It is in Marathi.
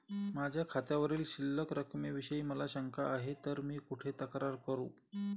माझ्या खात्यावरील शिल्लक रकमेविषयी मला शंका आहे तर मी कुठे तक्रार करू?